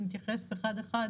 ונתייחס אחד-אחד.